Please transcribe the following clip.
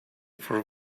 for